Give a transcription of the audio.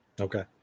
Okay